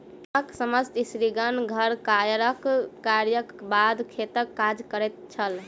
गामक समस्त स्त्रीगण घर कार्यक बाद खेतक काज करैत छल